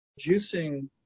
Juicing